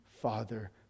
Father